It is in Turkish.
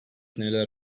neler